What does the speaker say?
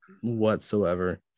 whatsoever